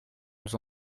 nous